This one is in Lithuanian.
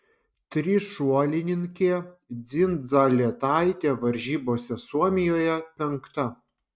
trišuolininkė dzindzaletaitė varžybose suomijoje penkta